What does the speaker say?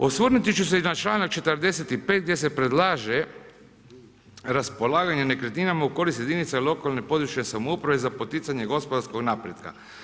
Osvrnuti ću se i na članak 45. gdje se predlaže raspolaganje nekretninama u korist jedinicama lokalne, područne samouprave, za poticanje gospodarskog napretka.